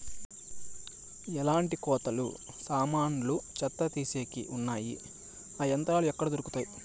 ఎట్లాంటి కోతలు సామాన్లు చెత్త తీసేకి వున్నాయి? ఆ యంత్రాలు ఎక్కడ దొరుకుతాయి?